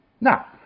Now